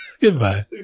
Goodbye